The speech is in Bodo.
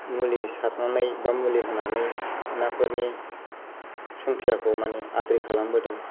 मुलि सारनानै बा मुलि होनानै नाफोरनि संखियाखौ आद्रि आद्रि खालामबोदों